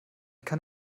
kann